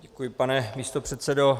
Děkuji, pane místopředsedo.